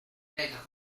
reca